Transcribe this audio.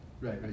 right